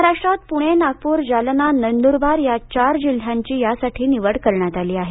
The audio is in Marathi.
महाराष्ट्रात पुणे नागपूर जालना नंदूरबार या चार जिल्ह्यांची यासाठी निवड करण्यात आली आहे